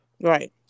right